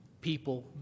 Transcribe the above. people